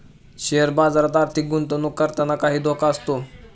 share बाजारात आर्थिक गुंतवणूक करताना काही धोका असतो